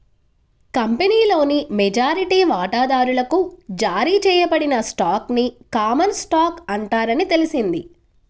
కంపెనీలోని మెజారిటీ వాటాదారులకు జారీ చేయబడిన స్టాక్ ని కామన్ స్టాక్ అంటారని తెలిసింది